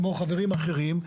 כמו חברים אחרים.